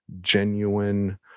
genuine